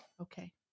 Okay